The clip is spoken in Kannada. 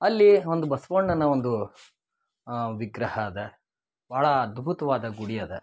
ಅಲ್ಲಿ ಒಂದು ಬಸವಣ್ಣನ ಒಂದು ವಿಗ್ರಹ ಅದ ಭಾಳ ಅದ್ಭುತವಾದ ಗುಡಿ ಅದ